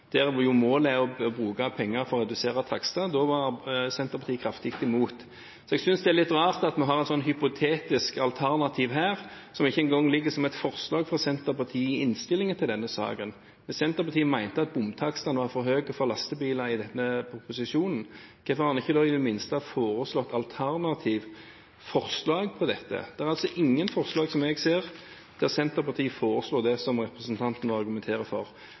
der målet jo er å bruke penger for å redusere takster. Da var Senterpartiet kraftig imot. Jeg synes det er litt rart at vi har et hypotetisk alternativ her som ikke engang ligger som et forslag fra Senterpartiet i innstillingen til denne saken. Hvis Senterpartiet mente at bomtakstene i proposisjonen var for høye for lastebileierne, hvorfor kom de da ikke i det minste med alternative forslag til dette? Det er ingen forslag som jeg ser, der Senterpartiet foreslår det som representanten argumenterer for.